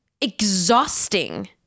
exhausting